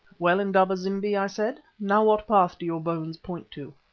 well, indaba-zimbi, i said, now what path do your bones point to?